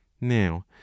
now